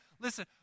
Listen